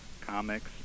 comics